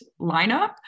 lineup